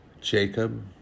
Jacob